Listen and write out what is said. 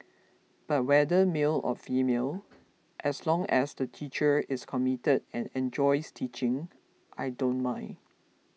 but whether male or female as long as the teacher is committed and enjoys teaching I don't mind